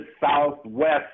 southwest